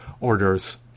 orders